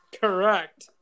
Correct